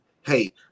hey